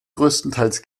größtenteils